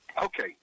Okay